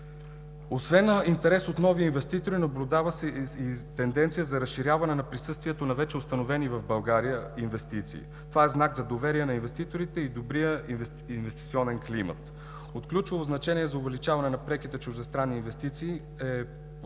Освен интерес от нови инвеститори, наблюдава се и тенденция за разширяване присъствието на вече установени в България инвестиции. Това е знак за доверие на инвеститорите и добрия инвестиционен климат. От ключово значение за увеличаване на преките чуждестранни инвестиции е инициативата